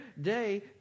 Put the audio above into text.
day